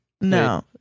no